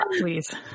please